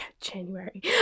January